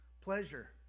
Pleasure